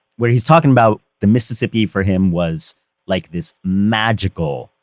where he's talking about the mississippi for him was like this magical,